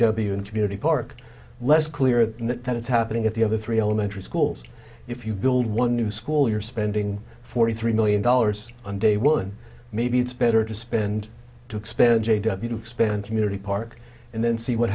w and community park less clear than that that it's happening at the other three elementary schools if you build one new school you're spending forty three million dollars on day one maybe it's better to spend to expend spend community park and then see what